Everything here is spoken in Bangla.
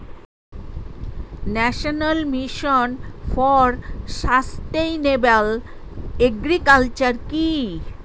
National mission for sustainable agriculture কি?